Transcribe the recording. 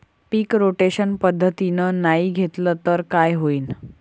पीक rotation पद्धतीनं नाही घेतलं तर काय होईन?